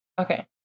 Okay